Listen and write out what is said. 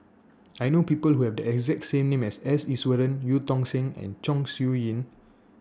I know People Who Have The exact name as S Iswaran EU Tong Sen and Chong Siew Ying